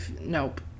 Nope